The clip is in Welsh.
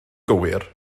gywir